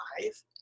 Five